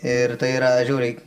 ir tai yra žiauriai